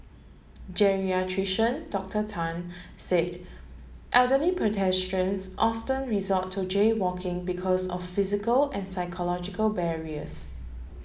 geriatrician Doctor Tan said elderly pedestrians often resort to jaywalking because of physical and psychological barriers